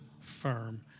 firm